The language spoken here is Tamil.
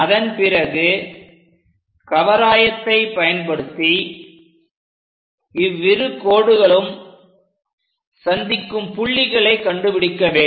அதன் பிறகு கவராயத்தை பயன்படுத்தி இவ்விரு கோடுகளும் சந்திக்கும் புள்ளிகளை கண்டுபிடிக்க வேண்டும்